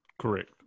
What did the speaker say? Correct